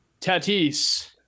tatis